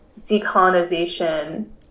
decolonization